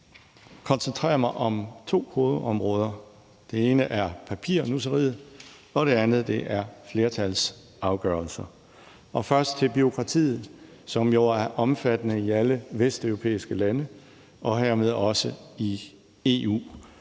koncentrere mig om to hovedområder. Det ene er papirnusseriet, og det andet er flertalsafgørelser. Først vil jeg sige noget om bureaukratiet, som er omfattende i alle vesteuropæiske lande, hermed også i EU.